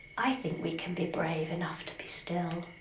i think we can be brave enough to be still.